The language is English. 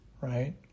right